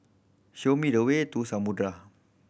show me the way to Samudera